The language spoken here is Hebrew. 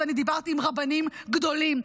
ואני דיברתי עם רבנים גדולים,